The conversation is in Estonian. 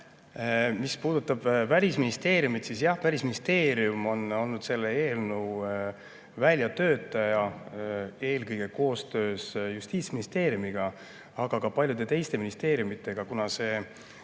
Mis puudutab Välisministeeriumi, siis jah, Välisministeerium on olnud selle eelnõu väljatöötaja eelkõige koostöös Justiitsministeeriumiga, aga ka paljude teiste ministeeriumidega, kuna see